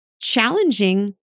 challenging